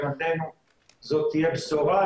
מבחינתנו זו תהיה בשורה,